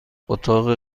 اتاق